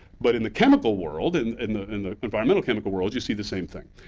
but in the chemical world, and in the in the environmental chemical world, you see the same thing.